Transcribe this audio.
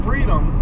Freedom